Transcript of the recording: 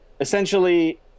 essentially